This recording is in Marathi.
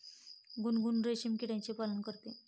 गुनगुन रेशीम किड्याचे पालन करते